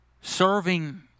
Serving